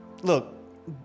Look